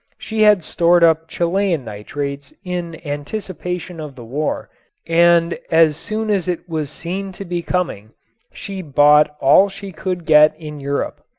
she had stored up chilean nitrates in anticipation of the war and as soon as it was seen to be coming she bought all she could get in europe.